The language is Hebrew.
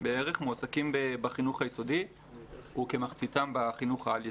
בערך מועסקים בחינוך היסודי וכמחציתם בחינוך העל יסודי.